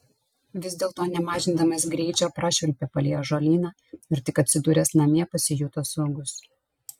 vis dėlto nemažindamas greičio prašvilpė palei ąžuolyną ir tik atsidūręs namie pasijuto saugus